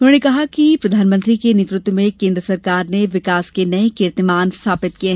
उन्होंने कहा कि प्रधानमंत्री के नेतृत्व में केन्द्र सरकार ने विकास के नये कीर्तिमान स्थापित किये